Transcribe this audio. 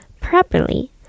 properly